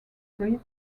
street